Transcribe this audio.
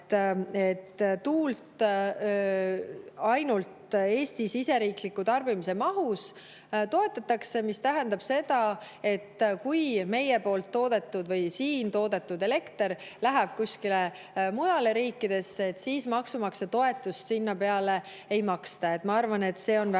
tuult ainult Eesti siseriikliku tarbimise mahus toetatakse, mis tähendab seda, et kui meie poolt toodetud või siin toodetud elekter läheb kuskile mujale riikidesse, siis maksumaksja toetust sinna peale ei maksta. Ma arvan, et see on väga